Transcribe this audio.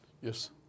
Yes